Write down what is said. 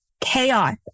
Chaos